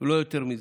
לא יותר מזה.